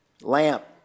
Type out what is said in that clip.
Lamp